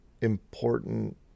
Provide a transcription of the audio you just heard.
important